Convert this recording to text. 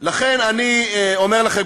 לכן אני אומר לכם,